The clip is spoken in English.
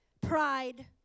pride